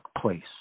place